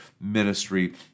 ministry